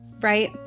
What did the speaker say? right